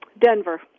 Denver